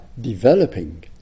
developing